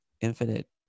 infinite